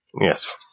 Yes